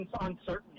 uncertainty